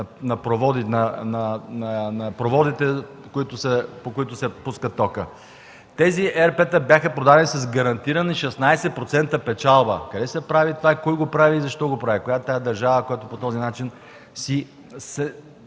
на проводите, по които се пуска токът. Тези ЕРП-та бяха продадени с гарантирана 16% печалба. Къде се прави това? Кой го прави? Защо го прави? Коя е тази държава, която по този начин се